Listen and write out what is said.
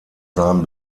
seinem